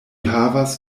havas